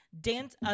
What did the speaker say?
dance